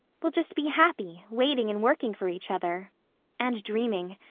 we'll just be happy, waiting and working for each other and dreaming.